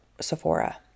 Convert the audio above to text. Sephora